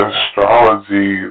Astrology